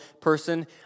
person